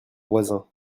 voisin